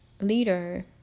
leader